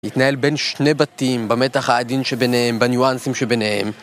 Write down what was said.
יתנהל בין שני בתים, במתח העדין שביניהם, בניואנסים שביניהם